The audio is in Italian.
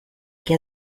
che